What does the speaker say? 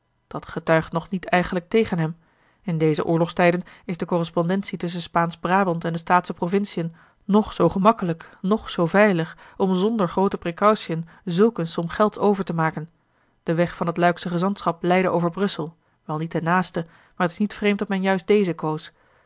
dat getuigt nog niet eigenlijk tegen hem in deze oorlogstijden is de correspondentie tusschen spaansch braband en de staatsche provinciën noch zoo gemakkelijk noch zoo veilig om zonder groote precautiën zulk eene som gelds over te maken de weg van het luiksche gezantschap leidde over brussel wel niet de naaste maar t is niet vreemd dat men juist dezen koos